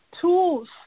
tools